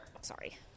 Sorry